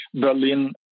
berlin